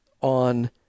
on